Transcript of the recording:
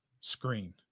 screen